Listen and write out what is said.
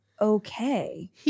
okay